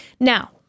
Now